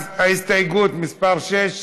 אז הסתייגות מס' 6,